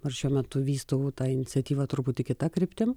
kur šiuo metu vystomų tą iniciatyvą truputį kita kryptim